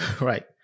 Right